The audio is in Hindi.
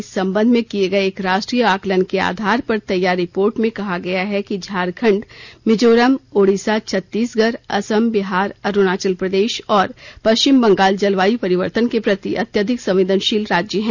इस संबंध में किए गए एक राष्ट्रीय आकलन के आधार पर तैयार रिपोर्ट में कहा गया है कि झारखंड मिजोरम ओडिसा छत्तीसगढ़ असम बिहार अरुणाचल प्रदेश और पश्चिम बंगाल जलवायु परिवर्तन के प्रति अत्यधिक संवदेनशील राज्य हैं